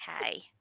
okay